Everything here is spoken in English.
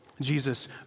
Jesus